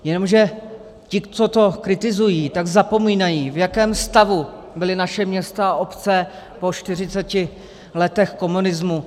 Jenomže ti, co to kritizují, tak zapomínají, v jakém stavu byla naše města a obce po 40 letech komunismu.